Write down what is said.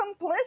complicit